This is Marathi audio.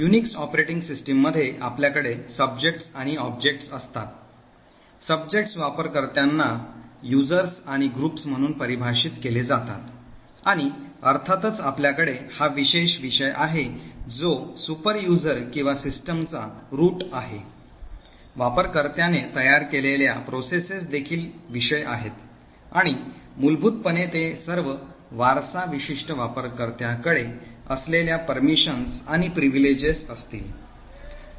युनिक्स ऑपरेटिंग सिस्टममध्ये आपल्याकडे सब्जेक्टस आणि ऑब्जेक्ट असतात विषय वापरकर्त्यांना वापरकर्ते आणि गट म्हणून परिभाषित केले जातात आणि अर्थातच आपल्याकडे हा विशेष विषय आहे जो superuser किंवा सिस्टमचा root आहे वापरकर्त्याने तयार केलेल्या प्रक्रिया देखील विषय आहेत आणि मूलभूतपणे ते सर्व वारसा विशिष्ट वापरकर्त्याकडे असलेल्या परवानग्या आणि विशेषाधिकार असतील